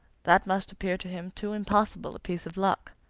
that must appear to him too impossible a piece of luck.